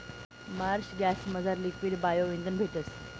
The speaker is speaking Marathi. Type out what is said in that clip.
मार्श गॅसमझार लिक्वीड बायो इंधन भेटस